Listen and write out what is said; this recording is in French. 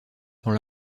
dans